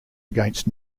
against